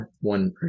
one